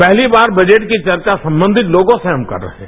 पहली बार बजट की चर्चा संबंधित लोगों से हम कर रहे हैं